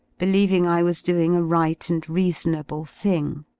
believing i was doing a right and reasonable thing.